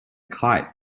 kite